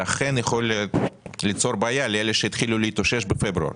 זה אכן יכול ליצור בעיה לאלה שהתחילו להתאושש בפברואר.